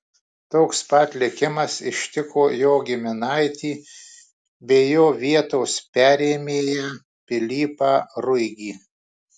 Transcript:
toks pat likimas ištiko jo giminaitį bei jo vietos perėmėją pilypą ruigį